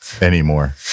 anymore